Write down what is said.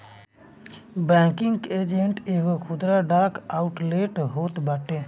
banking agent एगो खुदरा डाक आउटलेट होत बाटे